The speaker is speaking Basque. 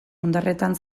ondarretan